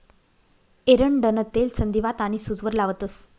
एरंडनं तेल संधीवात आनी सूजवर लावतंस